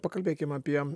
pakalbėkim apie